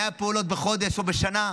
100 פעולות בחודש או בשנה?